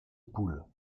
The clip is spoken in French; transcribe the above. poules